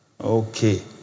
Okay